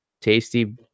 tasty